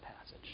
passage